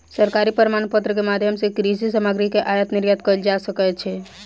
सरकारी प्रमाणपत्र के माध्यम सॅ कृषि सामग्री के आयात निर्यात कयल जा सकै छै